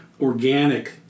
organic